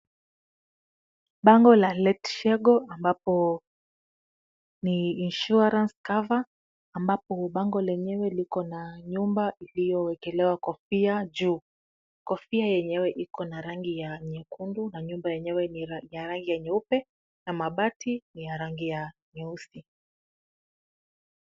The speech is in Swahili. Bango la Letshego ambapo ni insurance cover ambapo bango lenyewe liko na nyumba iliyowekelewa kofia juu. Kofia yenyewe iko na rangi ya nyekundu na nyumba yenyewe ni ya rangi ya nyeupe na mabati ni ya rangi ya nyeusi.